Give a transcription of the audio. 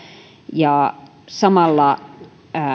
ja samalla